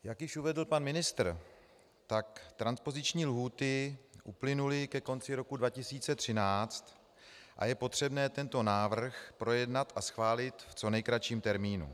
Jak již uvedl pan ministr, transpoziční lhůty uplynuly ke konci roku 2013 a je potřebné tento návrh projednat a schválit v co nejkratším termínu.